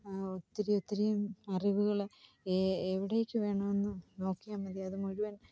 ഒത്തിരിയൊത്തിരിയും അറിവുകൾ ഏ എവിടേക്ക് വേണമെന്നു നോക്കിയാൽ മതി അതു മുഴുവൻ